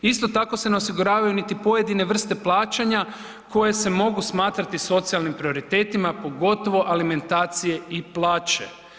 Isto tako se ne osiguravaju niti pojedine vrste plaćanja koje se mogu smatrati socijalnim prioritetima pogotovo alimentacije i plaće.